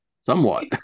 Somewhat